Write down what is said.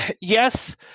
Yes